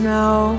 now